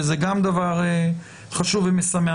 וזה גם דבר חשוב ומשמח.